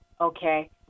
Okay